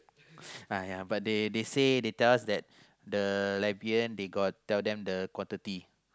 uh ya but they they say they tell us that the like B N they got tell them the quantity